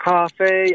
Coffee